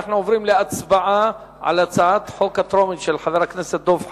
אנחנו עוברים להצבעה על הצעת החוק הטרומית של חבר הכנסת דב חנין.